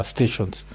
Stations